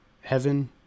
heaven